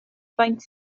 faint